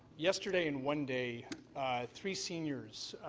yesterday in one day three seniors,